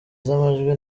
z’amajwi